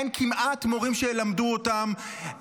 אין כמעט מורים שילמדו אותם,